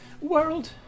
world